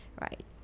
right